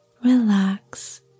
Relax